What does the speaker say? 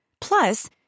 Plus